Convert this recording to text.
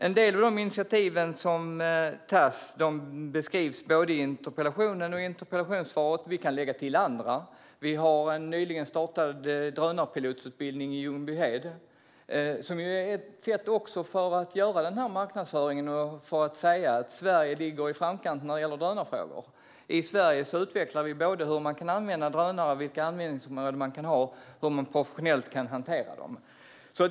En del av de initiativ som tas beskrivs både i interpellationen och i interpellationssvaret. Vi kan lägga till andra. Vi har en nystartad drönarpilotutbildning i Ljungbyhed, vilket också är ett sätt att bedriva marknadsföring och säga att Sverige ligger i framkant när det gäller drönarfrågor. I Sverige utvecklar vi både användningsområdena för drönare och hur man professionellt kan hantera dem.